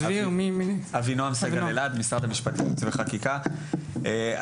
אבינעם סגל אלעד, יועץ חקיקה במשרד המשפטים.